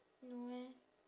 no eh